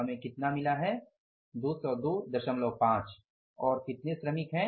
हमें कितना मिला है 2025 और कितने श्रमिक हैं